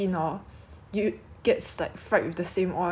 then got the smell you know but it was damn gross like